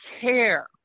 care